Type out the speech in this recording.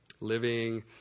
Living